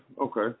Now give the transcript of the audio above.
okay